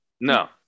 No